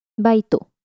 Baito